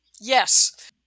Yes